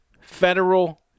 federal